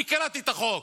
אני קראתי את החוק.